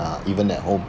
uh even at home